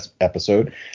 episode